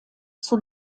zur